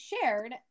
shared